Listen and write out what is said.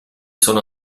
sono